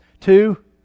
Two